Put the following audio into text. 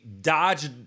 Dodge